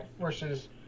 versus